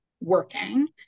Working